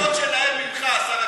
גם הם מצפים ממך.